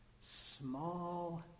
small